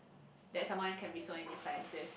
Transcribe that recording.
that someone can be so indecisive